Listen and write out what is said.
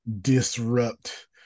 disrupt